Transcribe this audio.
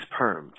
permed